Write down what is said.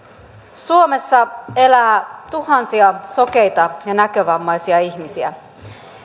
suomessa elää tuhansia sokeita ja näkövammaisia ihmisiä